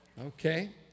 Okay